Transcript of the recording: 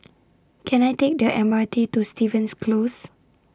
Can I Take The M R T to Stevens Close